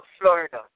Florida